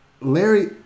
Larry